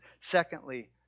Secondly